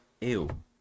Ew